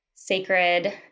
sacred